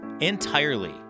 entirely